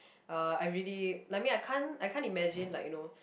uh I really like I mean I can't I can't imagine like you know